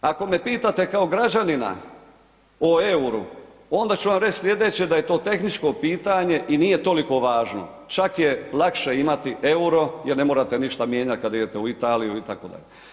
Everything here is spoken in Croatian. Ako me pitate kao građanina o euru, onda ću vam reći slijedeće da je to tehničko pitanje i nije toliko važno, čak je lakše imati euro jer ne morate ništa mijenjati kad idete u Italiju itd.